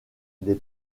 des